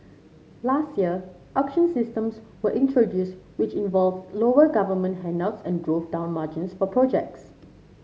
last year auction systems were introduced which involved lower government handouts and drove down margins for projects